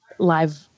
live